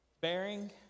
Bearing